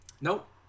Nope